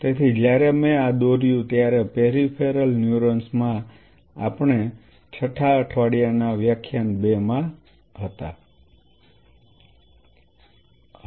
તેથી જ્યારે મેં આ દોર્યું ત્યારે પેરિફેરલ ન્યુરોન્સમાં આપણે છઠા અઠવાડિયા ના વ્યાખ્યાન 2 માં છીએ